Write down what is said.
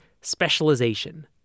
specialization